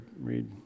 read